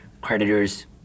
creditors